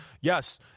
Yes